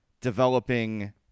developing